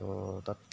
ত' তাত